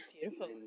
Beautiful